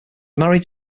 married